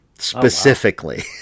specifically